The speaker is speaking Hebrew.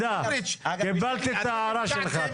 קיבלתי את ההערה שלך.